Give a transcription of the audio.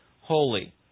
holy